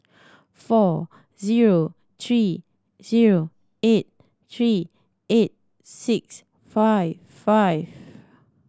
four zero three zero eight three eight six five five